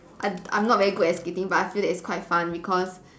I I'm not very good at skating but I feel that it's quite fun because